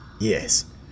Yes